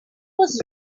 was